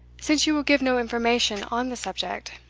since you will give no information on the subject,